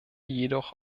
jedoch